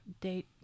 date